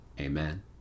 amen